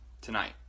tonight